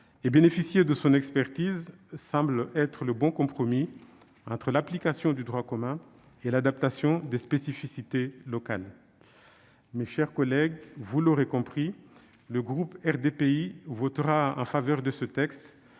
et bénéficier de son expertise semble être le bon compromis entre l'application du droit commun et son adaptation aux spécificités locales. Mes chers collègues, vous l'aurez compris, le groupe RDPI votera en faveur de ce texte,